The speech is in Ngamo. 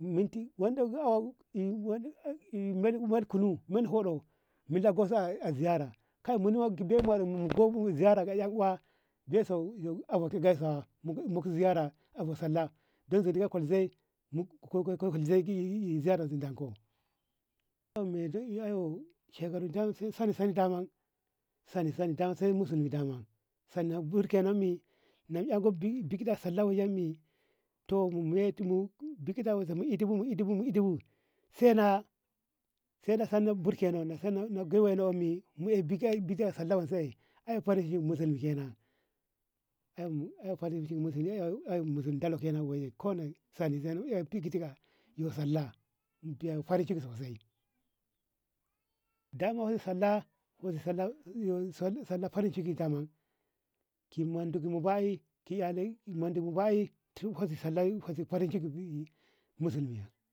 minti wande au ey men kunu men hudu mila bosu a ziyara kai mu wane gesu yan uwa geso ziyara kai yan uwa gaisu yu muk ziyara abo sallah deizi muk kul se muk ey ziyara danko aw shekaro dama sani sani dama sani sani dama sai musulmi daman sanan burgeno mi na ey ko biki da salau yan mi to biki da mu idibo mu idibo idibo saina saina sana birgeno nasan na gewanno mi mu ey bidio sallah wansai ay furshe musulmi kenan ko na sami bedia na farin ciki sosai da ma sallah muzi sallah farinciki dama ki mundo ki bayi ki iyale mundo kibayi farinciki musulmi.